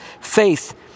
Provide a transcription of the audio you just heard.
faith